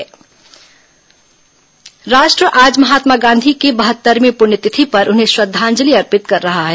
महात्मा गांधी प्ण्यतिथि राष्ट्र आज महात्मा गांधी की बहत्तरवीं पुण्यतिथि पर उन्हें श्रद्वांजलि अर्पित कर रहा है